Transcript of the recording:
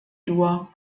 dur